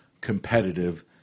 competitive